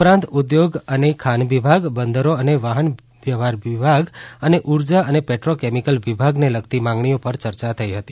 ઉપરાંત ઉદ્યોગ અને ખાન વિભાગ બંદરો અને વાહન વ્યવહાર વિભાગ અને ઉર્જા અને પેટ્રોકેમિકલ વિભાગને લગતી માંગણીઓ પર ચર્ચા થઈ હતી